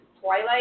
Twilight